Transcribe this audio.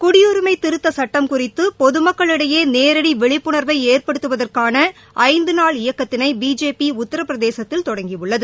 குடியுரிஸம திருத்தச் சட்டம் குறித்து பொதுமக்களிடையே நேரடி விழிப்புணர்வை ஏற்படுத்துவதற்கான ஐந்து நாள் இயக்கத்தினை பிஜேபி உத்திரபிரதேசத்தில் தொடங்கியுள்ளது